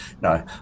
No